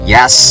Yes